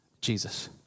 Jesus